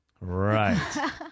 Right